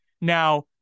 Now